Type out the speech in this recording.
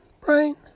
Brain